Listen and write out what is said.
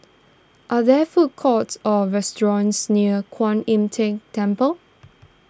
are there food courts or restaurants near Kuan Im Tng Temple